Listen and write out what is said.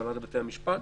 בהנהלת בתי המשפט.